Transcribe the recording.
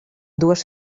dues